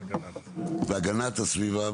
אני מתכבד לפתוח את ישיבת ועדת הפנים והגנת הסביבה.